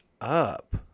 up